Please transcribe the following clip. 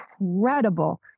incredible